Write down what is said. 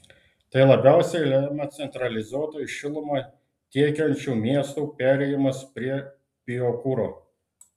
tai labiausiai lemia centralizuotai šilumą tiekiančių miestų perėjimas prie biokuro